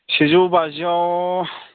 सेजौ बाजियाव